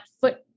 foot